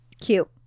cute